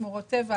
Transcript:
שמורות טבע,